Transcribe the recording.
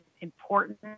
important